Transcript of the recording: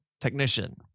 technician